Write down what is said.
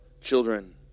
children